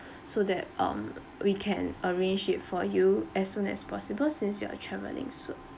so that um we can arrange it for you as soon as possible since you are travelling soon